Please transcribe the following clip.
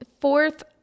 Fourth